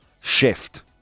shift